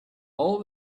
all